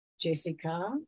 Jessica